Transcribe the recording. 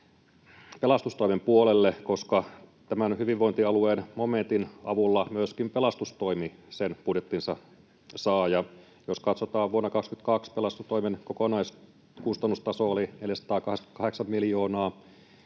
pelastustoimen puolelle, koska tämän hyvinvointialueen momentin avulla myöskin pelastustoimi sen budjettinsa saa. Ja jos katsotaan, niin vuonna 22 pelastustoimen kokonaiskustannustaso oli 488 miljoonaa